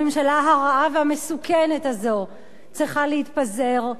הממשלה הרעה והמסוכנת הזאת צריכה להתפזר.